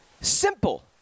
simple